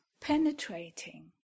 penetrating